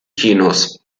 kinos